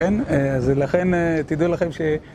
כן, ולכן תדעו לכם ש...